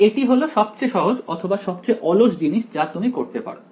তাই এটি হলো সবচেয়ে সহজ অথবা সবচেয়ে অলস জিনিস যা তুমি করতে পারো